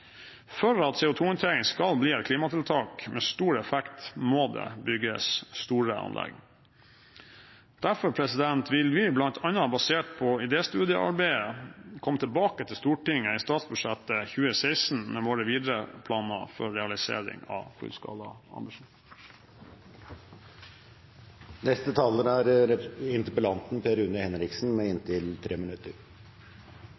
For at CO2-håndtering skal bli et klimatiltak med stor effekt, må det bygges store anlegg. Derfor vil vi, bl.a. basert på idéstudiearbeidet, komme tilbake til Stortinget i statsbudsjettet for 2016 med våre videre planer for realisering av